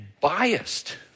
biased